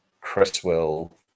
Cresswell